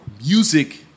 music